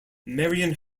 marion